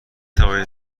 توانید